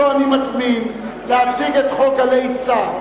אותו אני מזמין להציג את חוק גלי צה"ל,